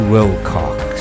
Wilcox